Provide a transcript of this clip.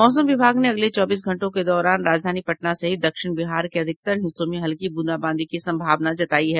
मौसम विभाग ने अगले चौबीस घंटों के दौरान राजधानी पटना सहित दक्षिण बिहार के अधिकतर हिस्सों में हल्की बूंदाबांदी की सम्भावना जतायी है